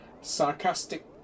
Sarcastic